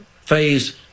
phase